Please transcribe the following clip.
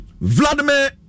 Vladimir